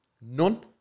None